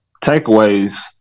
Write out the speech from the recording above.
Takeaways